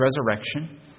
resurrection